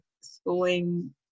schooling